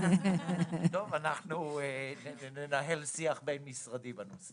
טוב, אנחנו ננהל שיח בין-משרדי בנושא.